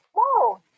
whoa